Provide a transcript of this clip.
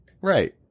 Right